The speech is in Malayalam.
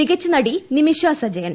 മികച്ച നടി നിമിഷ സജയൻ